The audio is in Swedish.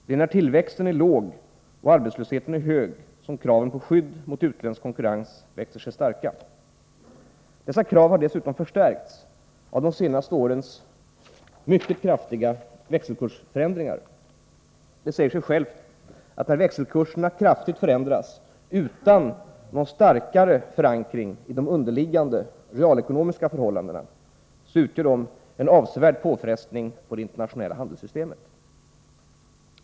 Det är när tillväxten är låg och arbetslösheten är hög som kraven på skydd mot utländsk konkurrens växer sig starka. Dessa krav har dessutom förstärkts av de senare årens mycket kraftiga växelkursförändringar. Det säger sig självt att när växelkurserna kraftigt förändras, utan någon starkare förankring i de underliggande realekonomiska förhållandena, så utgör de en avsevärd påfrestning på det internationella handelssystemet.